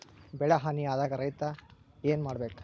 ಬೆಳಿ ಹಾನಿ ಆದಾಗ ರೈತ್ರ ಏನ್ ಮಾಡ್ಬೇಕ್?